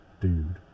dude